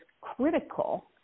critical